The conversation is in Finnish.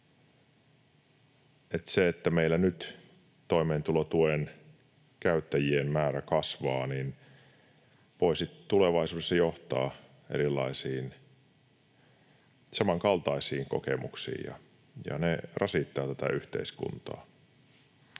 se, että meillä nyt toimeentulotuen käyttäjien määrä kasvaa, voi sitten tulevaisuudessa johtaa erilaisiin samankaltaisiin kokemuksiin ja ne rasittavat tätä yhteiskuntaa.